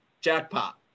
Jackpot